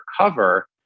cover